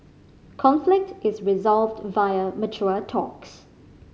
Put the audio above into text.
conflict is resolved via mature talks